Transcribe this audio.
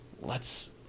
lets